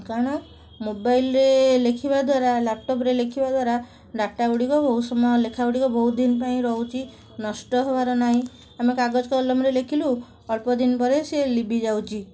କାରଣ ମୋବାଇଲରେ ଲେଖିବାଦ୍ଵାରା ଲ୍ୟାପଟପ୍ରେ ଲେଖିବାଦ୍ଵାରା ଡାଟା ଗୁଡ଼ିକ ବହୁତ ସମୟ ଲେଖାଗୁଡ଼ିକ ବହୁତ ଦିନ ପାଇଁ ରହୁଛି ନଷ୍ଟ ହେବାର ନାହିଁ ଆମେ କାଗଜ କଲମରେ ଲେଖିଲୁ ଅଳ୍ପଦିନ ପରେ ସେ ଲିଭିଯାଉଛି